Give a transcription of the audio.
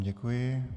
Děkuji.